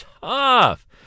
tough